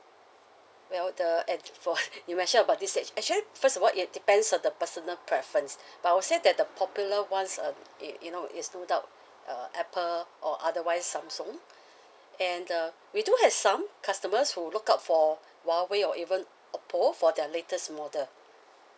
well the and for you mentioned this actually first of all it depends on the personal preference but I would say that the popular ones uh you you know is no doubt uh apple or otherwise samsung and uh we do have some customers who look out for huawei or even oppo for their latest model